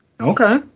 Okay